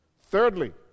Thirdly